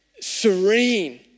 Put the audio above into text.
serene